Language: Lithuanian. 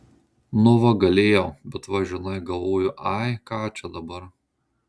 nu va galėjau bet va žinai galvoju ai ką čia dabar